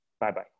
Bye-bye